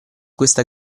questa